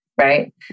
right